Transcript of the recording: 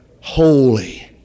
Holy